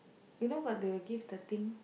you know got the give the thing